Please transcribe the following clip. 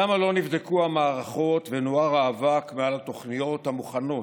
למה לא נבדקו המערכות ונוער האבק מעל התוכניות המוכנות?